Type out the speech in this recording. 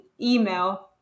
email